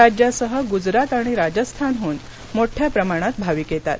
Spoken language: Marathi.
राज्यासह गुजरात आणि राजस्थानहन मोठ्या प्रमाणात भाविक येतात